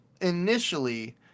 initially